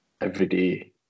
everyday